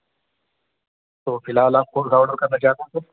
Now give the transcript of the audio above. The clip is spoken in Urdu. تو فی الحال آپ کو کرنا کیا سر